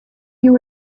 you